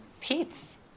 Pete's